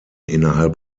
innerhalb